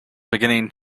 beginning